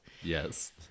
yes